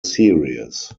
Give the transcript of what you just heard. series